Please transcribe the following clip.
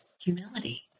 humility